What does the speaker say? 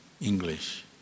English